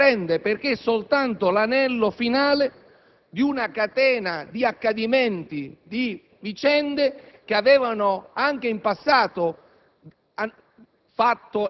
questo non ci sorprende perché è soltanto l'anello finale di una catena di accadimenti, di vicende che anche in passato